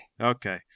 Okay